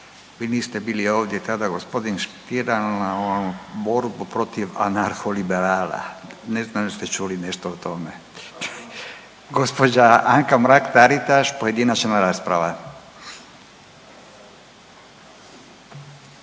vi niste bili ovdje kada je gospodin…/Govornik se ne razumije/…borbu protiv anarholiberala, ne znam jeste čuli nešto o tome. Gđa. Anka Mrak-Taritaš pojedinačna rasprava,